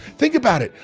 think about it.